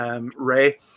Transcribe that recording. Ray